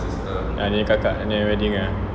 ah dia nya kakaknya wedding ah